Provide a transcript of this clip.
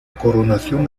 coronación